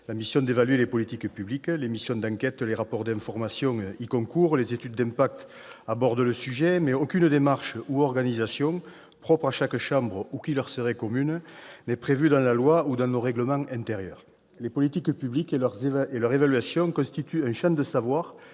la mission d'évaluer les politiques publiques. Les missions d'enquête, les rapports d'information y concourent, les études d'impact abordent le sujet, mais aucune démarche ou organisation, propre à chaque chambre ou commune, n'est prévue dans la loi ou dans les règlements intérieurs des assemblées. Les politiques publiques et leur évaluation constituent un champ de savoir